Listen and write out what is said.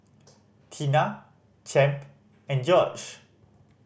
Tina Champ and George